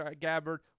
Gabbard